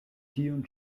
tiun